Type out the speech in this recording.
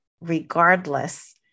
regardless